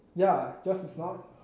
ya yours is not